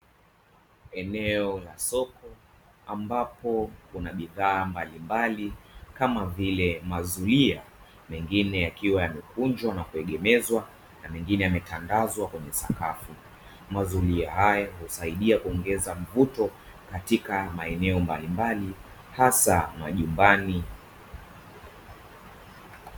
Eneo la soko mbapo kuna bidhaa mbalimbali kama vile mazulia, mengine yakiwa yamekunjwa na kuegemezwa na mengine yametandazwa kwenye sakafu, mazulia haya husaidia kuongeza mvuto katika maeneo mbalimbali hasa majumbani.